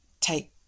take